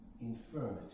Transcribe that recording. infirmity